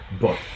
book